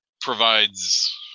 provides